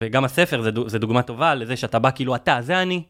וגם הספר זה דוגמה טובה לזה שאתה בא כאילו, אתה, זה אני.